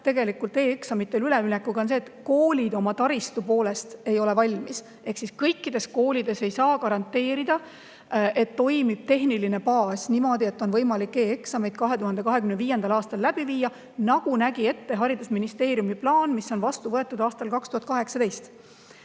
tegelikult e-eksamitele üleminekul on see, et koolid oma taristu poolest ei ole valmis. Kõikides koolides ei saa garanteerida, et tehniline baas toimib niimoodi, et on võimalik e-eksamid 2025. aastal läbi viia, nagu nägi ette haridusministeeriumi plaan, mis on vastu võetud aastal 2018.